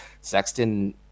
Sexton